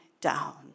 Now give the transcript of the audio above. down